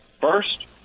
First